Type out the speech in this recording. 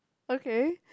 okay